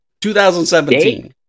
2017